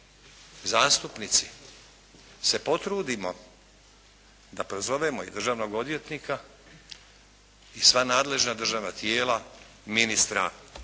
zastupnici se potrudimo da prozovemo i državnog odvjetnika i sva nadležna državna tijela, ministra unutarnjih